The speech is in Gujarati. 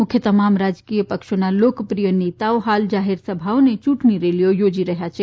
મુખ્ય તમામ રાજકીય પક્ષોના લોકપ્રિય નેતાઓ હાલ જાહેર સભાઓને યુંટણી રેલીઓ યોજી રહ્યાં છે